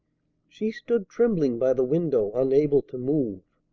she stood trembling by the window, unable to move.